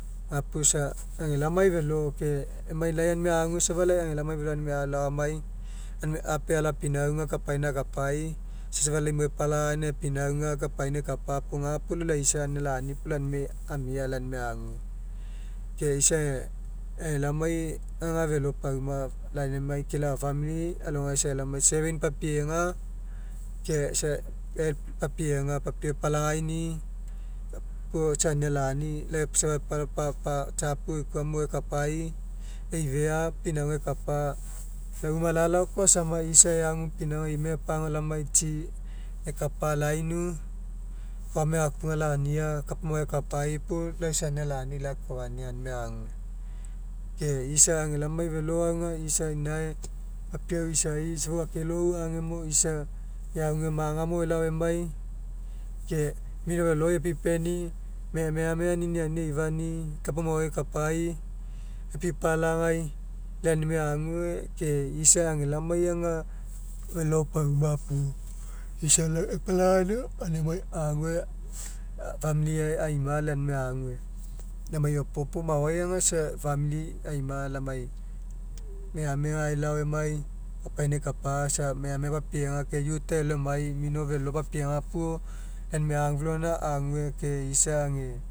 Gapuo isa ega laomai felo ke emai lai aunimai agu safa ega laomai felo lau aunimai alaoamai aunimai apea alao apinauga kapaina akapai isa safa lau inau epalagaina epinauga kapaina ekapa puo gapuo laisa anina lani puo lai aunimai amia lai aunimai ague. Ke usa ega laomai aga felopauma lai aunimai ke lau famili alogai isa ega laomai sharing papiega ke isa help papiega papiau epalagaini'i puo isa anina lani tsiapu eikua amu maoai ekapai eifea pinauga ekapa. Lau una lalao koa isa eagu imega epaguau lamai tsi ekapa lainu foama egakuga lania kapa maoai ekapai puo lau isa anina lani lakafania aunimai ague. Ke isa ega laomai felo aga isa inae papiau isa safa kelou agemo isa eague maga mo elao emai ke mink feloi epipeni megamega niniani eifani'i kapa maoai ekapai epipalagai lai aunimai ague ke isa safa ga laomai aga felo pauma puo isa epalagainiau. Aumai ague famili aima lai aunai ague lai emai opopo maoai aga isa famili aima lamai megamega elao emai kapaina ekapa isa megamega papiega ke youth'ai elao emai mini felo papiega puo lai aunimai agu felo alogaina ague ke isa age